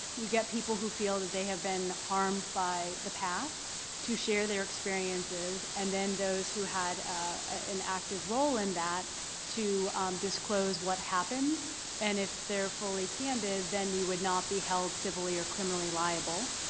you get people who feel that they have been harmed by the past to share their experiences and then those who had an active role in that to disclose what happened and if they're fully candid, then you would not be held civilly or criminally liable.